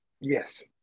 yes